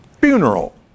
funeral